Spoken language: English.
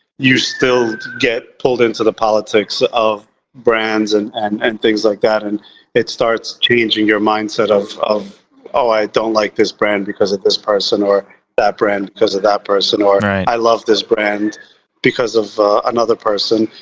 you still get pulled into the politics of brands and and and things like that. and it starts changing your mindset of of oh, i don't like this brand because of this person, or that brand because of that person, or i i love this brand because of another person.